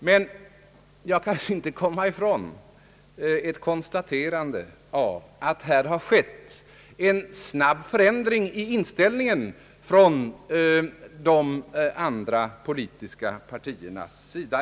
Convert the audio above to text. Men jag kan inte underlåta att konstatera att det har skett en snabb förändring i inställningen hos de övriga politiska partierna.